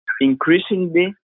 Increasingly